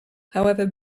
however